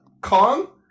kong